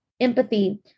empathy